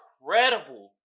incredible